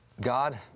God